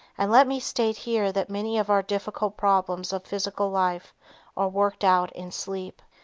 and let me state here that many of our difficult problems of physical life are worked out in sleep.